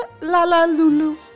Lalalulu